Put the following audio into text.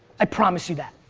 i promise you that.